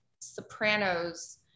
Sopranos